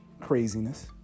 craziness